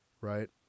Right